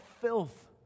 filth